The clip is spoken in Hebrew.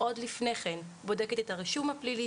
עוד לפני כן בודקת את הרישום הפלילי